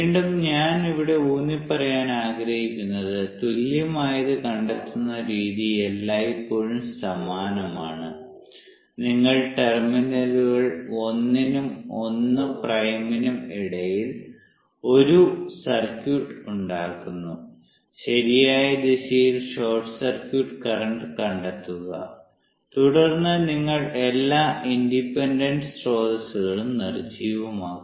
വീണ്ടും ഞാൻ ഇവിടെ ഊന്നിപ്പറയാൻ ആഗ്രഹിക്കുന്നത് തുല്യമായത് കണ്ടെത്തുന്ന രീതി എല്ലായ്പ്പോഴും സമാനമാണ് നിങ്ങൾ ടെർമിനലുകൾ 1 നും 1 നും ഇടയിൽ ഒരു സർക്യൂട്ട് ഉണ്ടാക്കുന്നു ശരിയായ ദിശയിൽ ഷോർട്ട് സർക്യൂട്ട് കറന്റ് കണ്ടെത്തുക തുടർന്ന് നിങ്ങൾ എല്ലാ ഇൻഡിപെൻഡന്റ് സ്രോതസ്സുകളും നിർജ്ജീവമാക്കുക